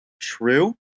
true